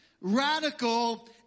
radical